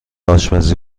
آشپزی